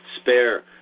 spare